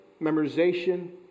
memorization